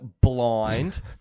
blind